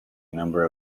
number